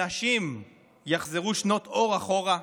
שנשים יחזרו שנות אור אחורה?